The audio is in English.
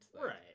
Right